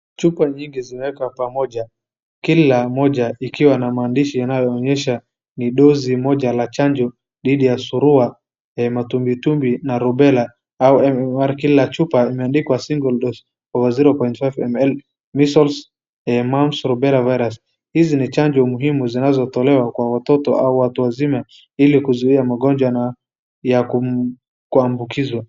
Chupa nyingi zimewekwa pamoja, kila moja ikiwa na maandishi yanayoonyesha, ni dosi moja la chanjo, dhidi ya surua, matumbwitumbwi na rubela au MMR kila chupa imeandikwa single dose, over 0.5ml, measles, mumps, rubella virus . Hizi ni chanjo muhimu zinazotolewa kwa watoto au watu wazima ili kuzuia magonjwa ya kuambukizwa.